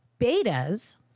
Betas